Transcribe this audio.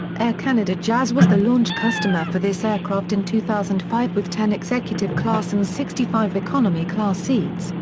air canada jazz was the launch customer for this aircraft in two thousand and five with ten executive class and sixty five economy class seats,